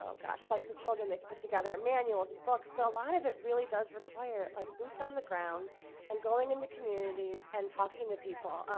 um gosh, fight for children, they've put together manuals and books, but a lot of it really does require like boots on the ground and going into communities and talking to people.